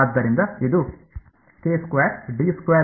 ಆದ್ದರಿಂದ ಇದು ಆಗುತ್ತದೆ